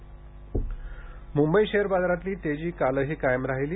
share Mumbai share बाजारातली तेजी कालही कायम राहिली